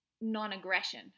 non-aggression